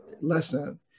lesson